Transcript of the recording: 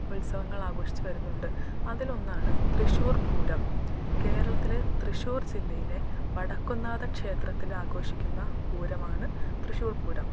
ഉത്സവങ്ങളാഘോഷിച്ച് വരുന്നുണ്ട് അതിലൊന്നാണ് തൃശ്ശൂർ പൂരം കേരളത്തിൽ തൃശ്ശൂർ ജില്ലയിലെ വടക്കും നാഥക്ഷേത്രത്തിൽ ആഘോഷിക്കുന്ന പൂരമാണ് തൃശ്ശൂർ പൂരം